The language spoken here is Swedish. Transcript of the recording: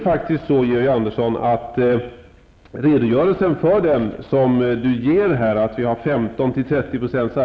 Georg Andersson redogör för att arbetslösheten inom byggsektorn är 15--30 %.